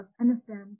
understand